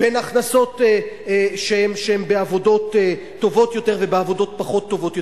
בין הכנסות שהן בעבודות טובות יותר ובעבודות פחות טובות?